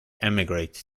emigrate